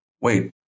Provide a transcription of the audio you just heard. wait